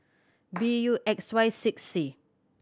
B U X Y six C